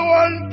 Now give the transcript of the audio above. one